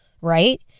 right